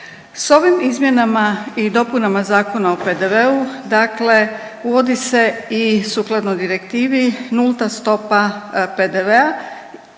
Sa ovim izmjenama i dopunama Zakona o PDV-u dakle uvodi se i sukladno direktivi nulta stopa PDV-a